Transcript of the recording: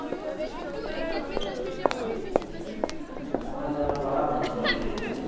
ᱦᱚᱸᱜᱼᱚ ᱱᱚᱣᱟ ᱫᱚ ᱚᱱᱟ ᱵᱟᱦᱟ ᱵᱚᱸᱜᱟ ᱥᱚᱢᱚᱭ ᱜᱮ ᱦᱩᱭᱩᱜ ᱜᱮᱭᱟ